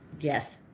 Yes